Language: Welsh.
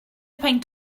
peint